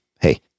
Hey